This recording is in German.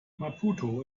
maputo